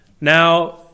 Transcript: Now